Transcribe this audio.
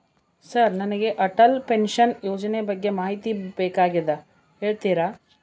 Sir ನನಗೆ Atal pension ಯೋಜನೆ ಬಗ್ಗೆ ಮಾಹಿತಿ ಬೇಕಾಗ್ಯದ ಹೇಳ್ತೇರಾ?